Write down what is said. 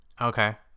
Okay